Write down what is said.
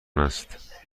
است